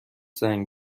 زنگ